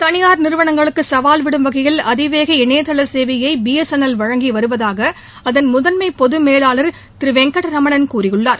தனியார் நிறுவனங்களுக்கு சவால்விடும் வகையில் அதிவேக இணையதள சேவையை பி எஸ் என் எல் வழங்கி வருவதாக அதன் முதன்மை பொது மேலாளர் திரு வெங்கட் ரமணன் கூறியுள்ளார்